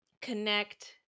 connect